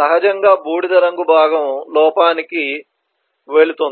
సహజంగా బూడిద రంగు భాగం లోపానికి వెళుతుంది